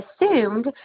assumed